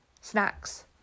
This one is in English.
snacks